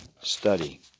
study